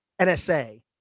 NSA